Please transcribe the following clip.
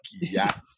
yes